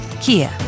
Kia